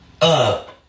Up